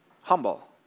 humble